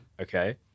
Okay